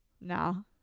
no